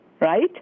right